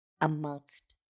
amongst